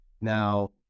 Now